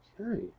Okay